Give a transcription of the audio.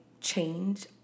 change